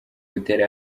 butera